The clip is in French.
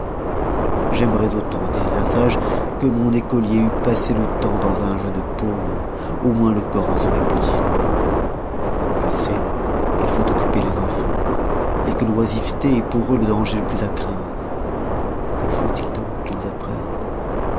j'aimerois autant disoit un sage que mon écolier eût passé le temps dans un jeu de paume au moins le corps en seroit plus dispos je sais qu'il faut occuper les enfans que l'oisiveté est pour eux le danger le plus à craindre que faut-il donc qu'ils apprennent